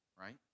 right